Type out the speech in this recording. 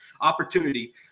opportunity